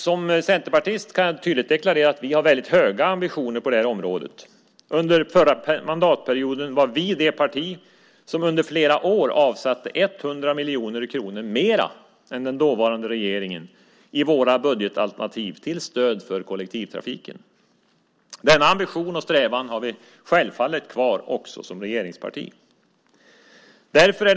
Som centerpartist kan jag tydligt deklarera att vi har väldigt höga ambitioner på det här området. Under den förra mandatperioden var vi det parti som under flera år avsatte 100 miljoner kronor mer än den dåvarande regeringen i våra budgetalternativ till stöd för kollektivtrafiken. Denna ambition och strävan har vi självfallet kvar också som regeringsparti.